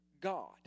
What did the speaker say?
God